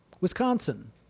Wisconsin